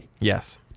Yes